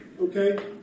okay